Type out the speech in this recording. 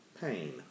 pain